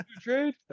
Trade